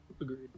Agreed